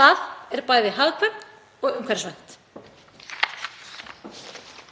Það er bæði hagkvæmt og umhverfisvænt.